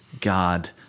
God